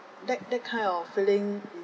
that that kind of feeling